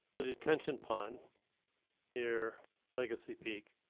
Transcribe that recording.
the detention upon near legacy peak